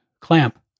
clamp